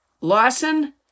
Lawson